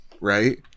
Right